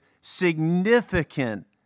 significant